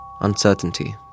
Uncertainty